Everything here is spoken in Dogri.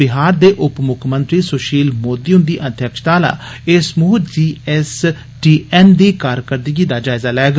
विहार दे उप मुक्खमंत्री सुशील मोदी हुन्दी अध्यक्षता आला एह समूह जी एस टी एन दी कारकरदगी दा जायजा लैग